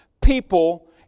people